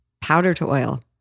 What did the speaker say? powder-to-oil